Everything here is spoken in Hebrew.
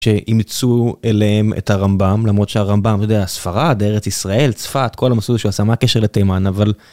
שהם יצאו אליהם את הרמב״ם למרות שהרמב״ם יודע ספרד ארץ ישראל צפת כל המסלול שהוא עשה מה קשר לתימן אבל